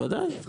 בוודאי.